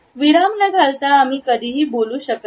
विराम न घालता आम्ही कधीही बोलू शकत नाही